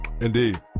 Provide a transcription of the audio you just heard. Indeed